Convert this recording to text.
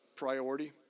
priority